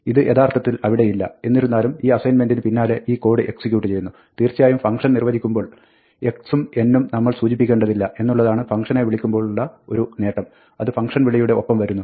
ഇത് യഥാർത്ഥത്തിൽ അവിടെയില്ല എന്നിരുന്നാലും ഈ അസൈൻമെൻറിന് പിന്നാലെ ഈ കോഡ് എക്സിക്യൂട്ട് ചെയ്യുന്നു തിർച്ചയായും ഫങ്ക്ഷൻ നിർവ്വചിക്കുമ്പോൾ x ഉം n നമ്മൾ സൂചിപ്പിക്കേണ്ടതില്ല എന്നുള്ളതാണ് ഫങ്ക്ഷനെ വിളിക്കുമ്പോളുള്ള ഒരു നേട്ടം അത് ഫങ്ക്ഷൻ വിളിയുടെ ഒപ്പം വരുന്നു